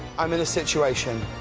i'm in a situation.